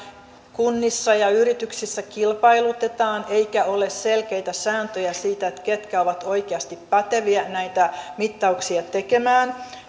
kunnissa ja yrityksissä kilpailutetaan eikä ole selkeitä sääntöjä siitä ketkä ovat oikeasti päteviä näitä mittauksia tekemään